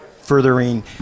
furthering